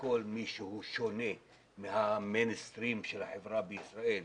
לכל מי שהוא שונה מהמיינסטרים של החברה בישראל,